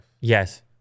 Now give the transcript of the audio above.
Yes